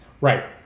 Right